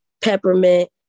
Peppermint